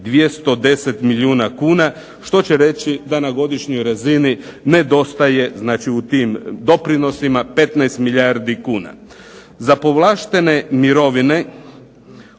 210 milijuna kuna, što će reći da na godišnjoj razini nedostaje, znači u tim doprinosima 15 milijardi kuna. Za povlaštene mirovine